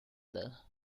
the